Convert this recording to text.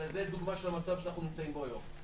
זו דוגמה למצב שאנחנו נמצאים בו היום.